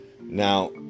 Now